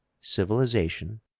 civilization,